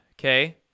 okay